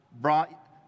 brought